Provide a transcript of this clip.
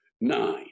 Nine